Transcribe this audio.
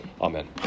Amen